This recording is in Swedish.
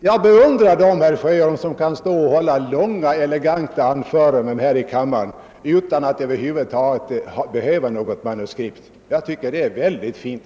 Jag beundrar dem, herr Sjöholm, som kan stå och hålla långa eleganta anföranden här i kammaren utan att över huvud taget använda något manuskript. Jag tycker att det är väldigt fint.